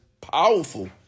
powerful